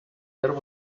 there